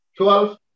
12